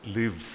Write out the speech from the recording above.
live